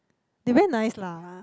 they very nice lah